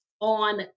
on